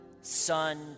son